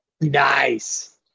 Nice